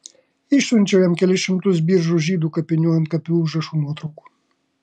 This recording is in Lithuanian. išsiunčiau jam kelis šimtus biržų žydų kapinių antkapių užrašų nuotraukų